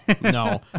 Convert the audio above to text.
no